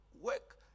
work